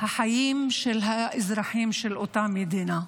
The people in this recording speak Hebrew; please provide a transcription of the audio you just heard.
החיים של האזרחים של אותה מדינה.